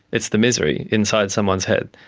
it's the misery inside someone's head.